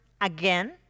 again